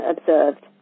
observed